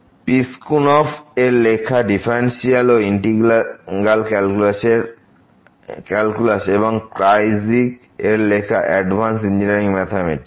Piskunov এর লেখা differential ও ইন্টিগ্রাল ক্যালকুলাস এবং ক্রাইজিগ এর লেখা অ্যাডভান্সড ইঞ্জিনিয়ারিং ম্যাথামেটিক্স